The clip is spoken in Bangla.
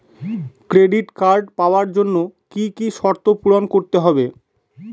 ক্রেডিট কার্ড পাওয়ার জন্য কি কি শর্ত পূরণ করতে হবে?